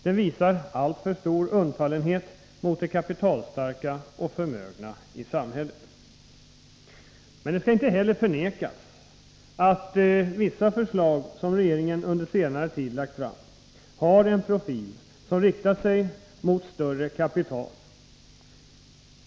Den visar alltför stor undfallenhet mot de kapitalstarka och förmögna i samhället. Det skall emellertid inte förnekas att vissa förslag som regeringen lagt fram på senare tid har en profil som riktar sig mot större kapital.